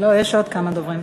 לא, יש עוד כמה דוברים.